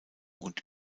und